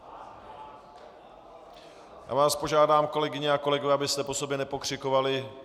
Já vás požádám, kolegyně a kolegové, abyste po sobě nepokřikovali.